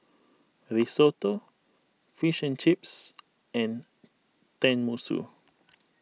Risotto Fish and Chips and Tenmusu